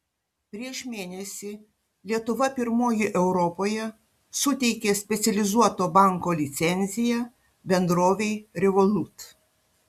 prieš mėnesį lietuva pirmoji europoje suteikė specializuoto banko licenciją bendrovei revolut